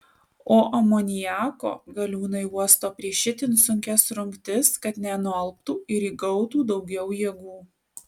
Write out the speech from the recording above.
o amoniako galiūnai uosto prieš itin sunkias rungtis kad nenualptų ir įgautų daugiau jėgų